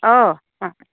अ मा